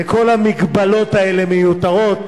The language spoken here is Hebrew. וכל המגבלות האלה מיותרות.